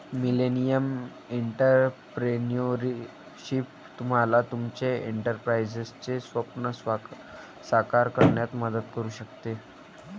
millennial entrepreneurship तुम्हाला तुमचे एंटरप्राइझचे स्वप्न साकार करण्यात मदत करू शकते